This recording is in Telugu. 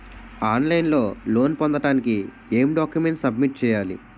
ఆన్ లైన్ లో లోన్ పొందటానికి ఎం డాక్యుమెంట్స్ సబ్మిట్ చేయాలి?